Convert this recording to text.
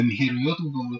במהירויות גבוהות,